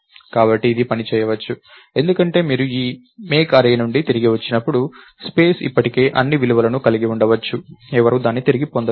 కాబట్టి ఇది పని చేయవచ్చు ఎందుకంటే మీరు ఈ make array నుండి తిరిగి వచ్చినప్పుడు స్పేస్ ఇప్పటికీ అన్ని విలువలను కలిగి ఉండవచ్చు ఎవరూ దానిని తిరిగి పొందలేదు